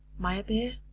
meyerbeer,